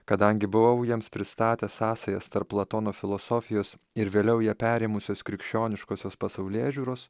kadangi buvau jiems pristatęs sąsajas tarp platono filosofijos ir vėliau ją perėmusios krikščioniškosios pasaulėžiūros